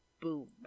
Boom